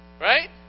Right